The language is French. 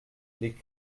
les